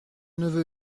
neveu